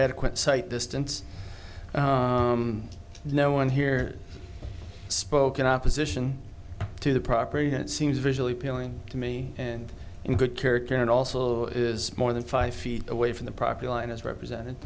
adequate site distance no one here spoke in opposition to the property that it seems visually appealing to me and in good character and also is more than five feet away from the property line is represented